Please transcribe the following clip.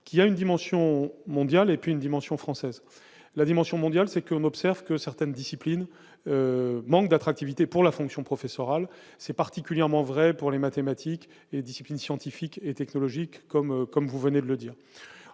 y a une dimension mondiale et puis une dimension française la dimension mondiale, c'est que, on observe que certaines disciplines manque d'attractivité pour la fonction professoral, c'est particulièrement vrai pour les mathématiques et disciplines scientifiques et technologiques comme comme vous venez de le dire,